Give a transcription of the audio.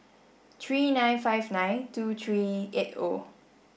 three nine five nine two three eight O